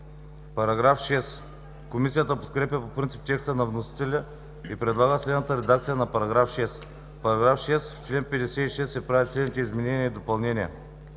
за § 5. Комисията подкрепя по принцип текста на вносителя и предлага следната редакция на § 6: „§ 6. В чл. 56 се правят следните изменения и допълнения: